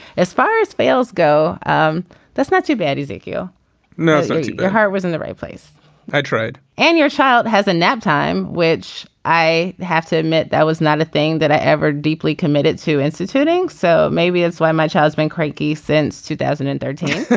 as far as fales go um that's not too bad is it you know so your heart was in the right place i tried and your child has a naptime which i have to admit that was not a thing that i ever deeply committed to instituting. so maybe that's why my child's been crikey since two thousand and thirteen.